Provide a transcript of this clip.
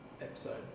episode